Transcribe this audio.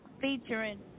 Featuring